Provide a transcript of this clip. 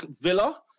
Villa